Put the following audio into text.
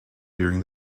during